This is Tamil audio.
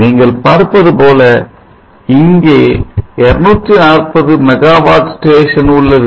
நீங்கள் பார்ப்பது போல இங்கே 240 மெகாவாட் ஸ்டேஷன் உள்ளது